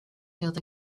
field